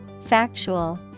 Factual